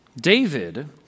David